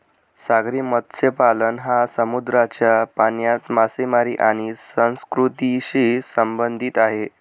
सागरी मत्स्यपालन हा समुद्राच्या पाण्यात मासेमारी आणि संस्कृतीशी संबंधित आहे